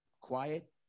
Quiet